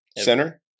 Center